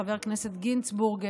חבר הכנסת גינזבורג,